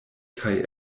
kaj